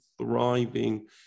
thriving